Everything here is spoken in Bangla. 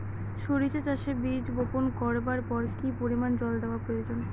সরিষা চাষে বীজ বপন করবার পর কি পরিমাণ জল দেওয়া প্রয়োজন?